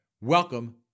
welcome